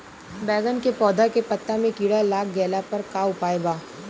बैगन के पौधा के पत्ता मे कीड़ा लाग गैला पर का उपाय बा?